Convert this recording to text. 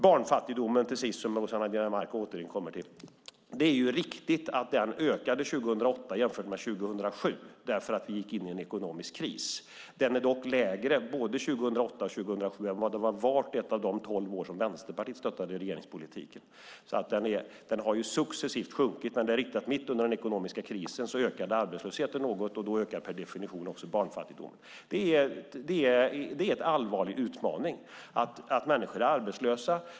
När det till sist gäller barnfattigdomen, som Rossana Dinamarca återkommer till, är det riktigt att den ökade 2008 jämfört med 2007 eftersom vi gick in i en ekonomisk kris. Den är dock lägre både 2008 och 2007 än under vart och ett av de tolv år som Vänsterpartiet stöttade regeringspolitiken. Den har alltså sjunkit successivt. Men det är riktigt: Mitt under den ekonomiska krisen ökade arbetslösheten något, och då ökar per definition också barnfattigdomen. Det är en allvarlig utmaning att människor är arbetslösa.